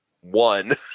one